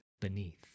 beneath